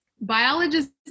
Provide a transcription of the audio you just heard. biologists